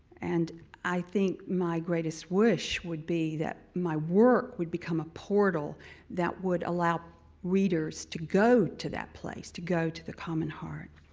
and i think my greatest wish would be that my work would become a portal that would allow readers to go to that place, to go to the common heart.